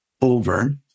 over